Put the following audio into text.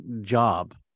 job